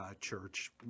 church